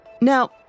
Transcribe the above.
Now